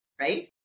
right